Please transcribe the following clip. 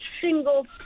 single